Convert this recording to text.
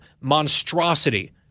monstrosity